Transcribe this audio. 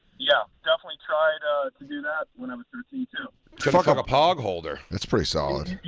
yeah, definitely tried to do that when i was thirteen, too. fuck um a pog holder. that's pretty solid.